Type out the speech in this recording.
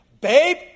Babe